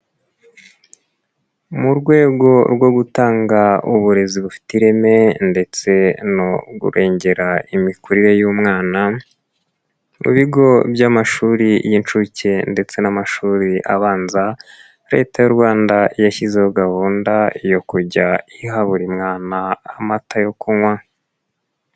Mu rwego rwo gutanga uburezi bufite ireme ndetse no kurengera imikurire y'umwana, mu bigo by'amashuri y'inshuke ndetse n'amashuri abanza, Leta y'u Rwanda yashyizeho gahunda yo kujya iha buri mwana amata yo kunywa.